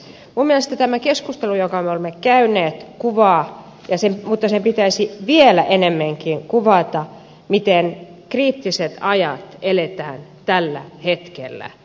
minun mielestäni tämä keskustelu jonka me olemme käyneet kuvaa mutta sen pitäisi vielä enemmänkin kuvata sitä miten kriittisiä aikoja eletään tällä hetkellä